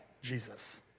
Jesus